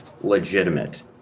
legitimate